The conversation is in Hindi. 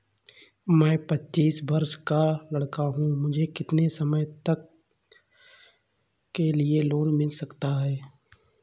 मैं पच्चीस वर्ष का लड़का हूँ मुझे कितनी समय के लिए लोन मिल सकता है?